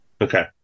Okay